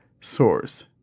source